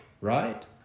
right